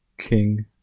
King